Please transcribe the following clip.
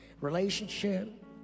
Relationship